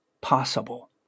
possible